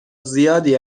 زیادی